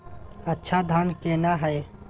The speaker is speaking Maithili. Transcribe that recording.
अच्छा धान केना हैय?